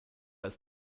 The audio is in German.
ist